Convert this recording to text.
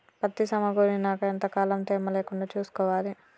పత్తి సమకూరినాక ఎంత కాలం తేమ లేకుండా చూసుకోవాలి?